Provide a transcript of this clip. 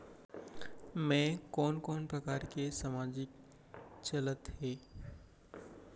मैं कोन कोन प्रकार के सामाजिक चलत हे?